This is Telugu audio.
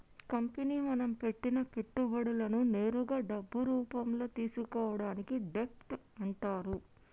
కంపెనీ మనం పెట్టిన పెట్టుబడులను నేరుగా డబ్బు రూపంలో తీసుకోవడాన్ని డెబ్ట్ అంటరు